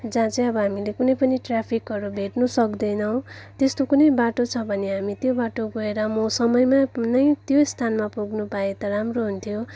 जहाँ चाहिँ अब हामीले कुनै पनि ट्राफिकहरू भेट्नु सक्दैनौँ त्यस्तो कुनै बाटो छ भने हामी त्यो बाटो गएर म समयमा नै त्यो स्थानमा पुग्नु पाएँ त राम्रो हुन्थ्यो